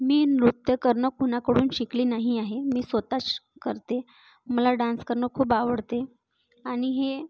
मी नृत्य करणं कुणाकडून शिकली नाही आहे मी स्वत च करते मला डान्स करणं खूप आवडते आणि हे